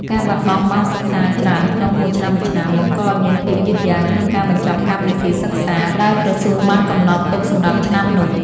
ការបាត់បង់ម៉ោងសិក្សាច្រើនក្នុងមួយឆ្នាំៗ បង្កឱ្យមានភាពយឺតយ៉ាវក្នុងការបញ្ចប់កម្មវិធីសិក្សា ដែលក្រសួងបានកំណត់ទុកសម្រាប់ឆ្នាំនោះ។